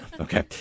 Okay